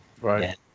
Right